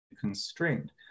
constrained